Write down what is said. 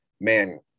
man